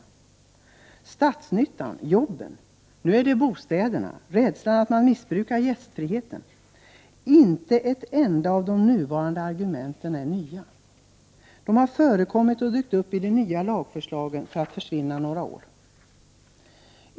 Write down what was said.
Då var det statsnyttan, jobben. Nu är det bostäderna, rädslan att man missbrukar gästfriheten. Inte ett enda av de nuvarande argumenten är nytt. De har förekommit och dykt upp i de nya lagförslagen för att försvinna om några år.